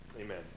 Amen